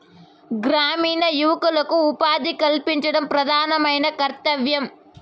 గ్రామీణ యువకులకు ఉపాధి కల్పించడం ప్రధానమైన కర్తవ్యం